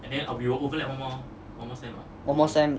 one more sem